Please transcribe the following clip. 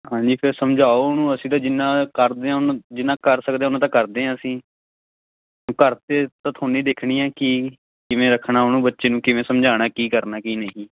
ਹਾਂਜੀ ਫਿਰ ਸਮਝਾਓ ਉਹਨੂੰ ਅਸੀਂ ਤਾਂ ਜਿੰਨਾ ਕਰਦੇ ਹਾਂ ਉਹ ਨਾ ਜਿੰਨਾ ਕਰ ਸਕਦੇ ਹਾਂ ਉਨਾਂ ਤਾਂ ਕਰਦੇ ਹਾਂ ਅਸੀਂ ਘਰ 'ਤੇ ਤਾਂ ਤੁਹਾਨੂੰ ਹੀ ਦੇਖਣੀ ਹੈ ਕਿ ਕਿਵੇਂ ਰੱਖਣਾ ਉਹਨੂੰ ਬੱਚੇ ਨੂੰ ਕਿਵੇਂ ਸਮਝਾਉਣਾ ਕੀ ਕਰਨਾ ਕੀ ਨਹੀਂ